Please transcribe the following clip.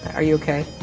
are you okay?